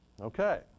okay